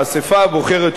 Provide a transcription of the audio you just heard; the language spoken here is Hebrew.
האספה הבוחרת,